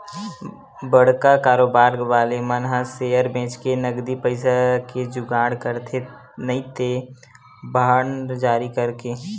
बड़का कारोबार वाले मन ह सेयर बेंचके नगदी पइसा के जुगाड़ करथे नइते बांड जारी करके